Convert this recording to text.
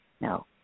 No